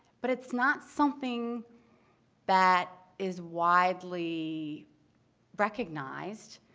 but it's not something that is widely recognized.